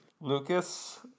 Lucas